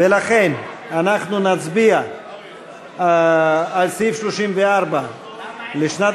ולכן אנחנו נצביע על סעיף 34 לשנת